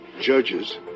judges